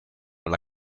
alla